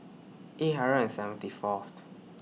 eight hundred and seventy Fourth